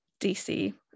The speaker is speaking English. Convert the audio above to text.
DC